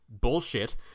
bullshit